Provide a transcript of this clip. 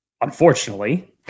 Unfortunately